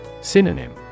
Synonym